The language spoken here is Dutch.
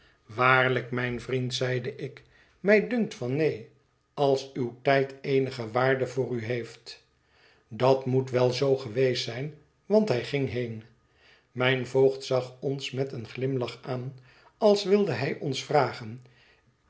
waarlijk mijn vriend zeide ik mij dunkt van neen als uw tijd eenige waarde voor u heeft dat moet wel zoo geweest zijn want hij ging heen mijn voogd zag ons met een glimlach aan als wilde hij ons vragen